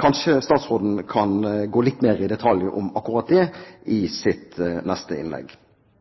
Kanskje statsråden kan gå litt mer i detalj om akkurat det i sitt neste innlegg.